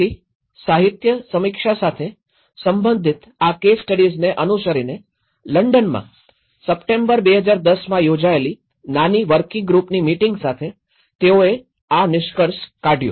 પછી સાહિત્યિક સમીક્ષા સાથે સંબંધિત આ કેસ સ્ટડીઝને અનુસરીને લંડનમાં સપ્ટેમ્બર ૨૦૧૦માં યોજાયેલી નાની વર્કિંગ ગ્રૂપની મીટીંગ સાથે તેઓએ આ નિષ્કર્ષ કાઢ્યો